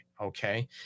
okay